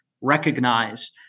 recognize